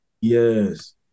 Yes